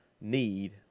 need